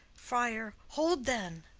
friar. hold, then.